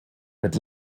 mit